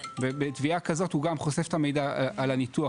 ובתביעה כזאת הוא גם חושף את המידע על הניתוח,